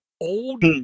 old